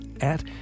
at-